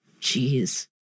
Jeez